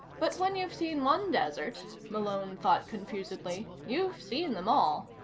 but when you've seen one desert, malone thought confusedly, you've seen them all.